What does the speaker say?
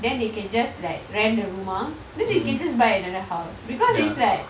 then they can just like rent the rumah then they can just buy another house because it's like